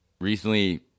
recently